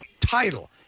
title